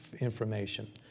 information